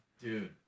Dude